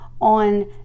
on